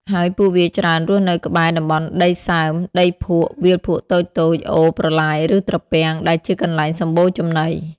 ហើយពួកវាច្រើនរស់នៅក្បែរ តំបន់ដីសើម ដីភក់ វាលភក់តូចៗ អូរ ប្រឡាយ ឬត្រពាំង ដែលជាកន្លែងសម្បូរចំណី។